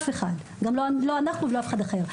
לא אנחנו ולא אף אחד אחר,